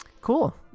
Cool